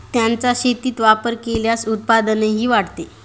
त्यांचा शेतीत वापर केल्यास उत्पादनही वाढते